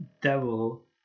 devil